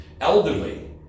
Elderly